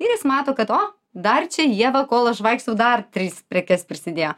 ir jis mato kad to dar čia ieva kol aš vaikštau dar tris prekes prisidėjo